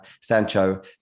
Sancho